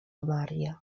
maria